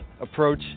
approach